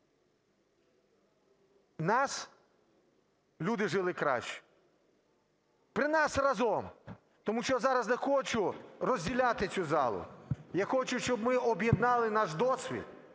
нас люди жили краще, при нас разом. Тому що я зараз не хочу розділяти цю залу. Я хочу, щоб ми об'єднали наш досвід,